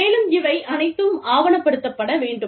மேலும் இவை அனைத்தும் ஆவணப்படுத்தப்பட வேண்டும்